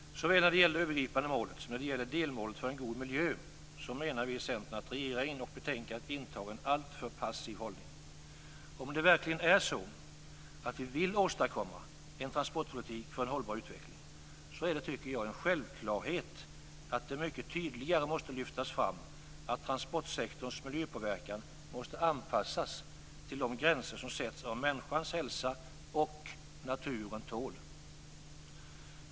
Såväl när det gäller det övergripande målet som när det gäller delmålet för en god miljö menar vi i Centern att regeringen och utskottet intar en alltför passiv hållning. Om det verkligen är så att vi vill åstadkomma en transportpolitik för en hållbar utveckling är det, tycker jag, en självklarhet att det mycket tydligt lyfts fram att transportsektorns miljöpåverkan måste anpassas till de gränser som sätts av vad människans hälsa och naturen tål.